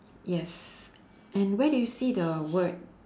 yes and where do you see the word